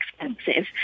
expensive